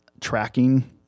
tracking